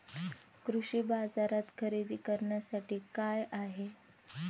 कृषी बाजारात खरेदी करण्यासाठी काय काय आहे?